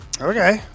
Okay